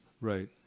Right